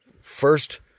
first